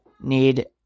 need